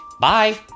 Bye